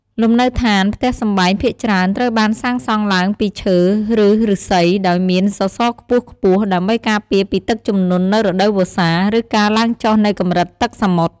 លំនៅឋាន ផ្ទះសម្បែងភាគច្រើនត្រូវបានសាងសង់ឡើងពី ឈើ ឬឫស្សី ដោយមាន សសរខ្ពស់ៗ ដើម្បីការពារពីទឹកជំនន់នៅរដូវវស្សា ឬការឡើងចុះនៃកម្រិតទឹកសមុទ្រ។